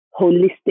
holistic